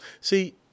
See